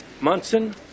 Munson